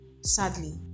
sadly